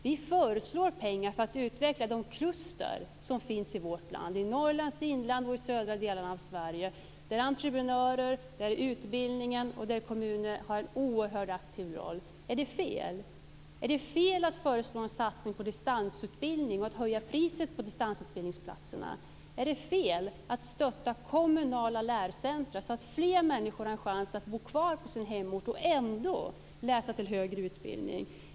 Vi föreslår pengar för att utveckla de kluster som finns i vårt land, i Norrlands inland och i södra delarna av Sverige, där entreprenörer, utbildningen och kommuner har en oerhört aktiv roll. Är det fel? Är det fel att föreslå en satsning på distansutbildning och höja priset på distansutbildningsplatserna? Är det fel att stötta kommunala lärcentrum så att fler människor har en chans att bo kvar i sin hemort och ändå få högre utbildning?